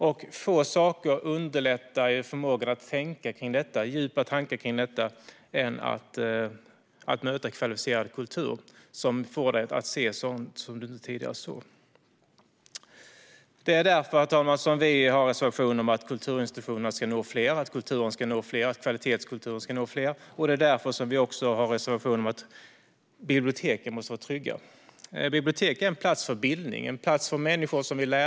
En sak som underlättar din förmåga att tänka djupt kring detta är att möta kvalificerad kultur som får dig att se sådant som du inte tidigare sett. Det är därför, herr talman, som vi har en reservation om att kulturinstitutionerna ska nå fler, att kulturen ska nå fler och att kvalitetskulturen ska nå fler. Det är därför som vi också har en reservation om att biblioteken måste vara trygga. Bibliotek är en plats för bildning. Det är en plats för människor som vill läsa.